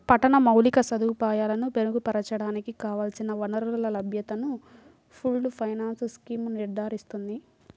పట్టణ మౌలిక సదుపాయాలను మెరుగుపరచడానికి కావలసిన వనరుల లభ్యతను పూల్డ్ ఫైనాన్స్ స్కీమ్ నిర్ధారిస్తుంది